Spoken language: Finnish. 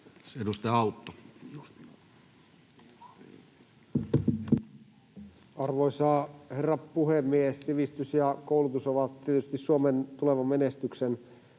Content: Arvoisa herra puhemies! Sivistys ja koulutus ovat tietysti Suomen tulevan menestyksen